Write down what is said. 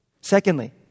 secondly